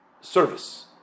service